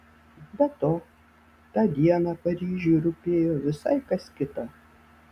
be to tą dieną paryžiui rūpėjo visai kas kita